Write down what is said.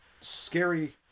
scary